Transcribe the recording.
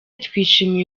twishimiye